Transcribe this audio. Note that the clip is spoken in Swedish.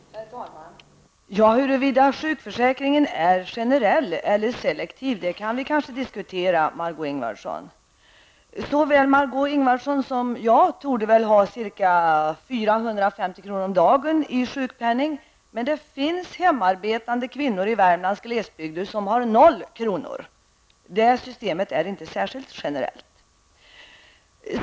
Herr talman! Huruvuda sjukförsäkringen är generell eller selektiv kan vi kanske diskutera, Margó Ingvardsson. Såväl Margó Ingvardsson som jag torde ha ca 450 kr. om dagen i sjukpenning. Men det finns hemarbetande kvinnor i Värmlands glesbygder som har noll kronor. Det här systemet är inte särskilt generellt.